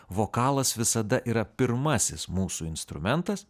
vokalas visada yra pirmasis mūsų instrumentas